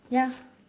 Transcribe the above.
ya